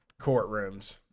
courtrooms